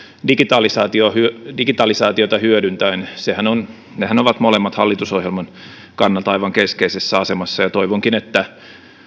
digitalisaatiota digitalisaatiota hyödyntäen nehän ovat molemmat hallitusohjelman kannalta aivan keskeisessä asemassa ja toivonkin että